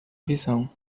visão